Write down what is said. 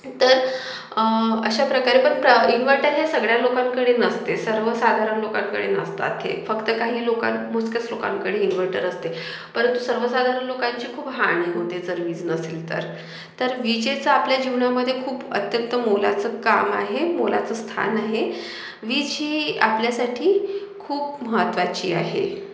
तर अशा प्रकारे पण प्र इन्व्हर्टर हे सगळ्या लोकांकडे नसते सर्वसाधारण लोकांकडे नसतात हे फक्त काही लोका मोजक्याच लोकांकडे इन्व्हर्टर असते परंतु सर्वसाधारण लोकांची खूप हानी होते जर वीज नसेल तर तर विजेचा आपल्या जीवनामधे खूप अत्यंत मोलाचं काम आहे मोलाचं स्थान आहे वीज ही आपल्यासाठी खूप महत्त्वाची आहे